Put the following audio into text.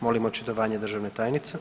Molim očitovanje državna tajnice.